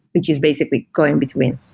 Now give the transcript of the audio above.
which is basically going between.